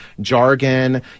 jargon